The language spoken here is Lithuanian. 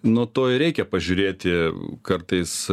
nuo to ir reikia pažiūrėti kartais